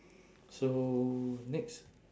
so next